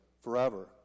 forever